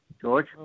George